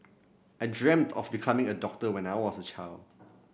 I dreamt of becoming a doctor when I was a child